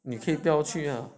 你可以不要去啦